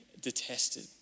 detested